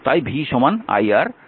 তাই v iR